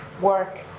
work